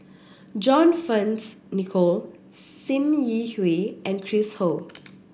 John Fearns Nicoll Sim Yi Hui and Chris Ho